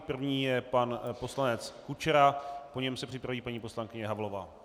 První je pan poslanec Kučera, po něm se připraví paní poslankyně Havlová.